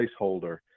placeholder